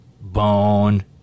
bone